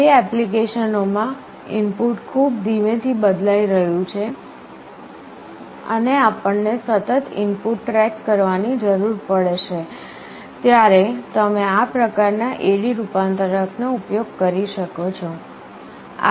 જે એપ્લિકેશનો માં ઇનપુટ ખૂબ ધીમેથી બદલાઈ રહ્યું છે અને આપણને સતત ઇનપુટ ટ્રેક કરવાની જરૂર પડશે ત્યારે તમે આ પ્રકારના AD રૂપાંતરક નો ઉપયોગ કરી શકો છો